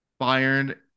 Bayern